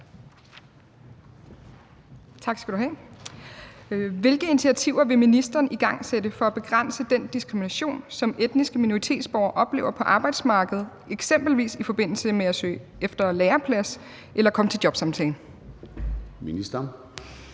Brydensholt (ALT): Hvilke initiativer vil ministeren igangsætte for at begrænse den diskrimination, som etniske minoritetsborgere oplever på arbejdsmarkedet, eksempelvis i forbindelse med at søge efter læreplads eller komme til jobsamtale? Formanden